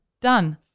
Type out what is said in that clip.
Done